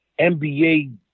NBA